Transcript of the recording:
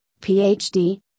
PhD